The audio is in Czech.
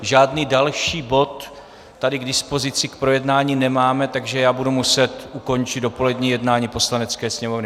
Žádný další bod tady k dispozici k projednání nemáme, takže budu muset ukončit dopolední jednání Poslanecké sněmovny.